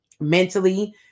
mentally